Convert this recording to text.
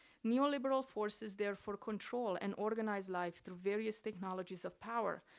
neoliberal forces therefore control and organize life through various technologies of power,